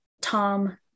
Tom